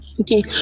Okay